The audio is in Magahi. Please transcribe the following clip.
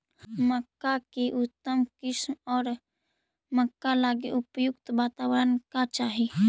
मक्का की उतम किस्म कौन है और मक्का लागि उपयुक्त बाताबरण का चाही?